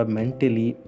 mentally